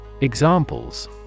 Examples